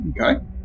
Okay